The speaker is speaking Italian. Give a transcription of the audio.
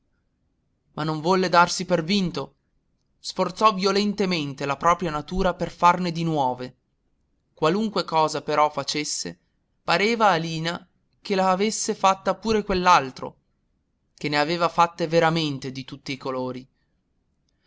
ma non volle darsi per vinto sforzò violentemente la propria natura per farne di nuove qualunque cosa però facesse pareva a lina che la avesse fatta pure quell'altro che ne aveva fatte veramente di tutti i colori